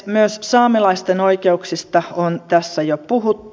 myös saamelaisten oikeuksista on tässä jo puhuttu